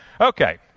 Okay